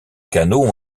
canaux